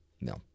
No